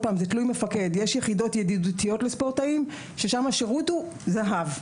יש יחידות ידידותיות לספורטאים ששם השירות הוא זהב.